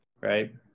right